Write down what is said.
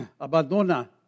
Abandona